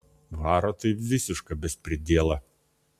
varo tai visišką bespridielą